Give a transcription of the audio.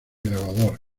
grabador